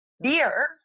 beer